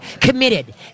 Committed